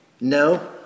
no